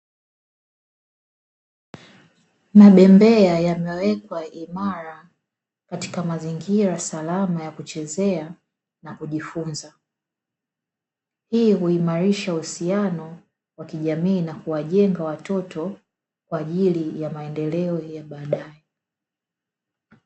Mabembea yamewekwa imara katika mazingira salama ya kuchezea na kujifunza. Hii huimarisha uhusiano wa kijamii na kuwajenga watoto kwa ajili ya maendeleoa ya baadaye.